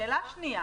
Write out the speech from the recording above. שאלה נוספת